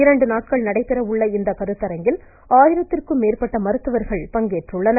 இரண்டு நாட்கள் நடைபெற உள்ள இந்த கருத்தரங்கில் ஆயிரத்திற்கும் மேற்பட்ட மருத்துவர்கள் பங்கேற்றுள்ளனர்